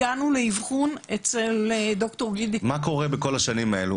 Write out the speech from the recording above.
הגענו לאבחון אצל ד"ר --- מה קורה בכל השנים האלה?